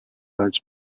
байж